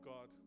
God